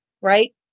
Right